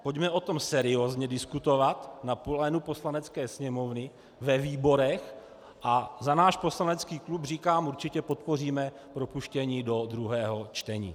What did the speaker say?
Pojďme o tom seriózně diskutovat na plénu Poslanecké sněmovny, ve výborech a za náš poslanecký klub říkám: určitě podpoříme propuštění do druhého čtení.